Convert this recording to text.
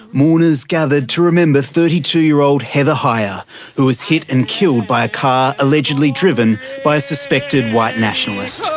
mourners gathered to remember thirty two year old heather heyer who was hit and killed by a car, allegedly driven by a suspected white nationalist.